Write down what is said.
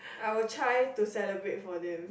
I will try to celebrate for them